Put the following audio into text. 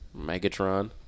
Megatron